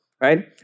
right